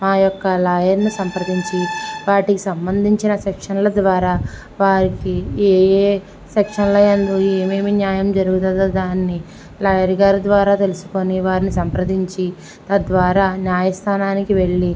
మాయొక్క లాయర్ని సంప్రదించి వాటికి సంబంధించిన శిక్షణల ద్వారా వారికి ఏ ఏ సెక్షన్ల యందు ఏమేమి న్యాయం జరుగుతుందో దాన్ని లాయర్ గారి ద్వారా తెలుసుకొని వారిని సంప్రదించి తద్వారా న్యాయస్థానానికి వెళ్ళి